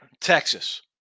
Texas